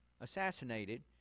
assassinated